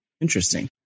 Interesting